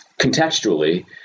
contextually